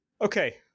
okay